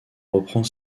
reprend